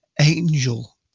Angel